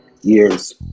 years